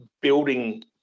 Building